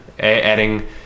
Adding